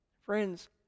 Friends